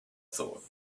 thought